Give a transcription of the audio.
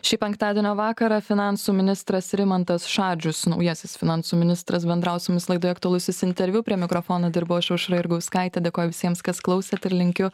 šį penktadienio vakarą finansų ministras rimantas šadžius naujasis finansų ministras bendravo su mumis laidoje aktualusis interviu prie mikrofono dirbau aš aušra jurgauskaitė dėkoju visiems kas klausėt ir linkiu